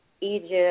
Egypt